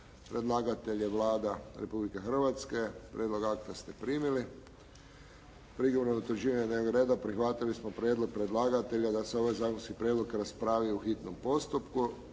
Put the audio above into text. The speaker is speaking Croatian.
Predlagatelj je Vlada Republike Hrvatske. Prijedlog akta ste primili. Prigodom utvrđivanja dnevnog reda prihvatili smo prijedlog predlagatelja da se ovaj zakonski prijedlog raspravi u hitnom postupku